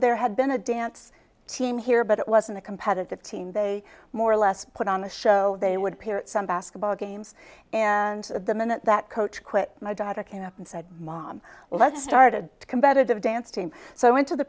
there had been a dance team here but it wasn't a competitive team they more or less put on the show they would appear at some basketball games and the minute that coach quit my daughter came up and said mom let's start a competitive dance team so i went to the